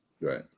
Right